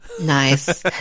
Nice